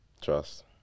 Trust